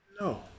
No